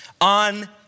on